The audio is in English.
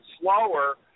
slower